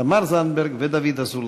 תמר זנדברג ודוד אזולאי.